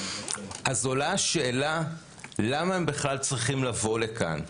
אז עולה השאלה למה הם בכלל צריכים לבוא לכאן,